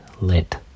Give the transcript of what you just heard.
lit